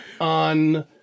on